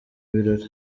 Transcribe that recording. birori